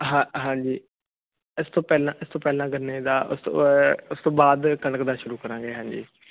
ਹਾਂਜੀ ਇਸ ਤੋਂ ਪਹਿਲਾਂ ਇਸ ਤੋਂ ਪਹਿਲਾਂ ਗੰਨੇ ਦਾ ਉਸ ਤੋਂ ਬਾਅਦ ਕਣਕ ਦਾ ਸ਼ੁਰੂ ਕਰਾਂਗੇ ਹਾਂਜੀ